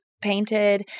painted